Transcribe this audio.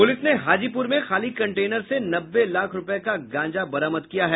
police ने हाजीपुर में खाली कंटेनर से नब्बे लाख रूपये का गांजा बरामद किया है